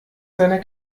seiner